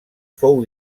fou